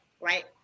right